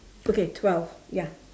okay twelve ya